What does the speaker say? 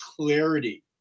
clarity